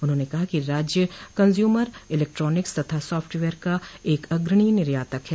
उन्होंने कहा कि राज्य कन्ज्यूमर इलेक्ट्रॉनिक्स तथा साफ्टवेयर का एक अग्रणी निर्यातक है